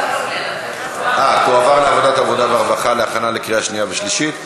היא תועבר לוועדת העבודה והרווחה להכנה לקריאה שנייה ושלישית.